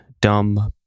dumb